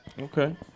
Okay